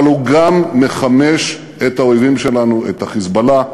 אבל הוא גם מחמש את האויבים שלנו, את ה"חיזבאללה",